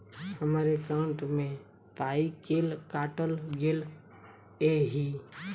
हम्मर एकॉउन्ट मे पाई केल काटल गेल एहि